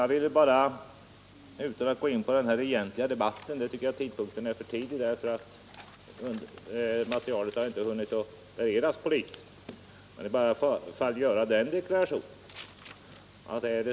Jag vill bara utan att gå in på den egentliga debatten — nu är inte rätta tidpunkten för den, eftersom materialet inte hunnit beredas politiskt — göra följande deklaration.